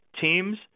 teams